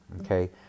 okay